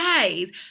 days